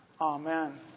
Amen